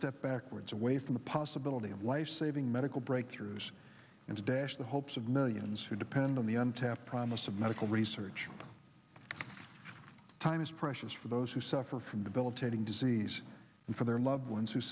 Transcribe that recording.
step backwards away from the possibility of life saving medical breakthroughs and a dash the hopes of millions who depend on the untapped promise of medical research time is precious for those who suffer from developing disease and for their loved